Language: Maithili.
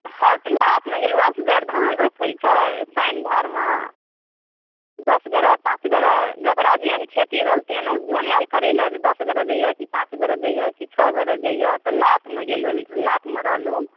हँ तऽ लॉटमे ने यौ असगर धान रोपैत छै पानि झारमे दश गरे पाँच गरे जेकरा जेहन खेती रहल तहन ओ जन आयल करै लऽ जे दश गरे जाइए कि पाँच गरे जाइए कि छओ गरे जाइए तऽ लॉटमे गेल लॉटमे रहलहुँ